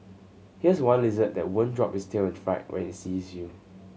here's one lizard that won't drop its tail in fright when it sees you